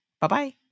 bye-bye